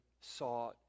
sought